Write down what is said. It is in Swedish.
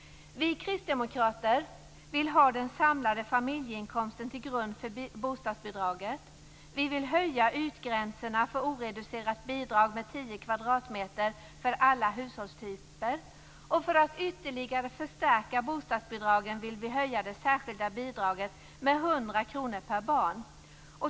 Vi kristdemokrater vill ha den samlade familjeinkomsten till grund för bostadsbidraget. Vi vill höja ytgränserna för oreducerat bidrag med 10 kvadratmeter för alla hushållstyper. För att ytterligare förstärka bostadsbidragen vill vi höja det särskilda bidraget med 100 kr per barn.